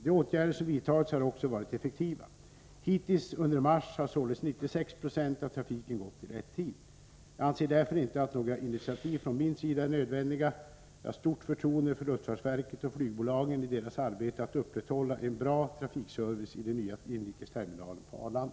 De åtgärder som vidtagits har också varit effektiva. Hittills under mars har således 96 90 av trafiken gått i rätt tid. Jag anser därför inte att några initiativ från min sida är nödvändiga. Jag har stort förtroende för luftfartsverket och flygbolagen i deras arbete att upprätthålla en bra trafikservice i den nya inrikesterminalen på Arlanda.